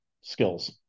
skills